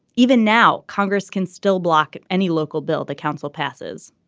even now congress can still block at any local bill the council passes.